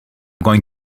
going